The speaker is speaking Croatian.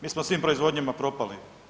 Mi smo u svim proizvodnjama propali.